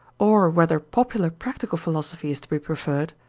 or whether popular practical philosophy is to be preferred,